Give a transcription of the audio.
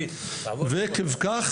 ועקב כך,